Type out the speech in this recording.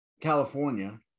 California